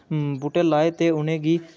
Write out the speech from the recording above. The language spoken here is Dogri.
बूह्टे लाए दे उ'नें गी